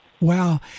Wow